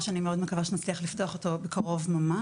אנחנו לא נמשיך לתקצב אותם קואליציונית.